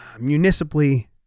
municipally